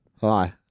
Hi